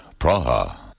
Praha